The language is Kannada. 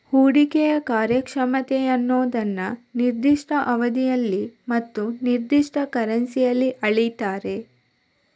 ಹೂಡಿಕೆಯ ಕಾರ್ಯಕ್ಷಮತೆ ಅನ್ನುದನ್ನ ನಿರ್ದಿಷ್ಟ ಅವಧಿಯಲ್ಲಿ ಮತ್ತು ನಿರ್ದಿಷ್ಟ ಕರೆನ್ಸಿಯಲ್ಲಿ ಅಳೀತಾರೆ